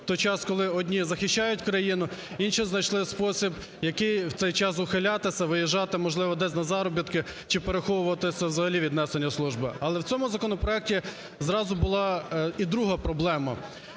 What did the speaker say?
У той час, коли одні захищають країну, інші знайшли спосіб, який… у цей час ухилятися, виїжджати, можливо десь на заробітки, чи переховуватися взагалі від несення служби. Але у цьому законопроекті зразу була і друга проблема